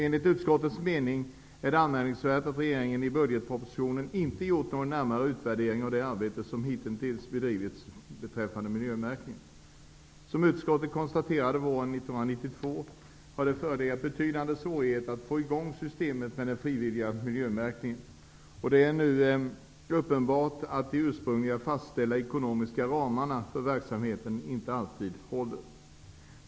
Enligt utskottets mening är det anmärkningsvärt att regeringen i budgetpropositionen inte gjort någon närmare utvärdering av det arbete som hittills bedrivits med miljömärkningen. Som utskottet konstaterade våren 1992 har det förelegat betydande svårigheter att få i gång systemet med den frivilliga miljömärkningen, och det är nu uppenbart att de urprungligen fastställda ekonomiska ramarna för verksamheten inte håller.